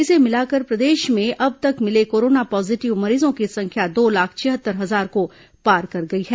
इसे मिलाकर प्रदेश में अब तक मिले कोरोना पॉजिटिव मरीजों की संख्या दो लाख छिहत्तर हजार को पार कर गई है